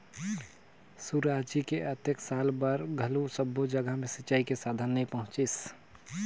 सुराजी के अतेक साल बार घलो सब्बो जघा मे सिंचई के साधन नइ पहुंचिसे